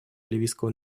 ливийского